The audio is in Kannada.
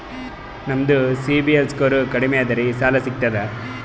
ನಮ್ದು ಸಿಬಿಲ್ ಸ್ಕೋರ್ ಕಡಿಮಿ ಅದರಿ ಸಾಲಾ ಸಿಗ್ತದ?